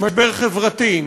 משבר חברתי,